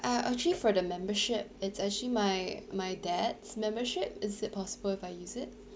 uh actually for the membership it's actually my my dad's membership is it possible if I use it